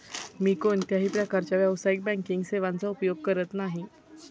मी कोणत्याही प्रकारच्या व्यावसायिक बँकिंग सेवांचा उपयोग करत नाही